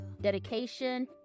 dedication